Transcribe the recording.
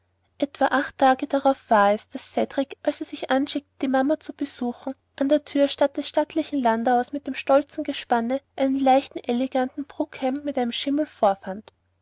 etwa acht tage darauf war es daß cedrik als er sich anschickte die mama zu besuchen an der thür statt des stattlichen landauers mit dem stolzen gespanne einen eleganten leichten brougham mit einem schimmel vorfand